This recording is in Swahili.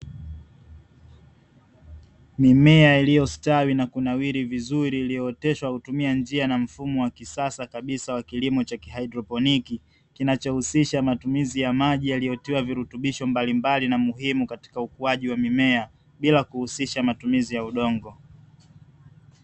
Mimea iliyostawi na kunawiri vizuri, iliyooteshwa kutumia njia na mfumo wa kisaa kabisa wa kilimo cha kihaidroponi, kinachohusisha matumizi ya maji yaliyotiwa virutubisho mbalimbali na muhimu katika ukuaji wa mimea bila kuhusisha matumizi ya udongo.